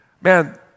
Man